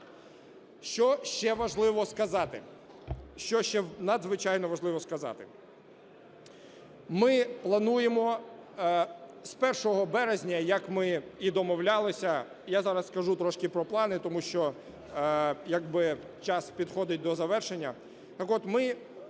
важливо сказати. Ми плануємо з 1 березня, як ми і домовлялися, я зараз скажу трошки про плани, тому що як би час підходить до завершення.